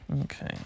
okay